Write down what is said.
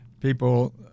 people